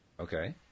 Okay